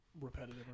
repetitive